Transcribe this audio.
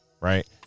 right